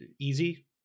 easy